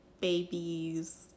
babies